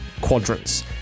quadrants